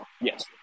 Yes